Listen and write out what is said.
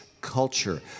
culture